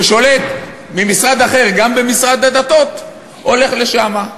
ששולט, ממשרד אחר, גם במשרד הדתות, הולך לשם.